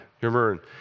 Remember